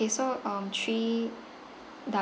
~ay so um three dou~